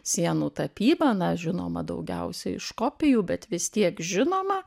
sienų tapyba na žinoma daugiausia iš kopijų bet vis tiek žinoma